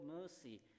mercy